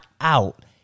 out